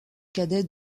cadet